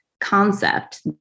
concept